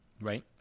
Right